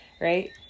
right